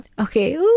Okay